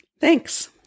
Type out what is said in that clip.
Thanks